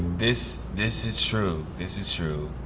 this, this is true, this is true.